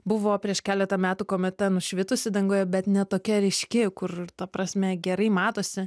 buvo prieš keletą metų kometa nušvitusi danguje bet ne tokia ryški kur ta prasme gerai matosi